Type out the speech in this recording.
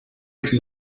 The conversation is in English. enter